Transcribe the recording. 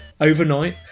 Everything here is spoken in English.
overnight